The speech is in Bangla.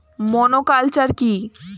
মনোকালচার কি?